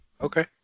Okay